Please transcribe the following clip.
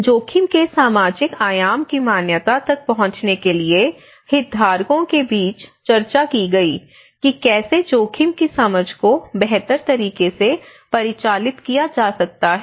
जोखिम के सामाजिक आयाम की मान्यता तक पहुंचने के लिए हितधारकों के बीच चर्चा की गई कि कैसे जोखिम की समझ को बेहतर तरीके से परिचालित किया जा सकता है